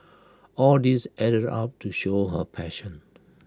all these added up to show her passion